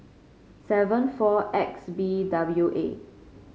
seven four X B W A